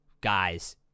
guys